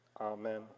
Amen